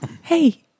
Hey